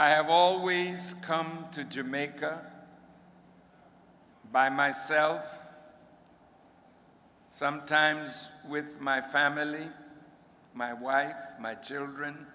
i have always come to jamaica by myself sometimes with my family my wife my children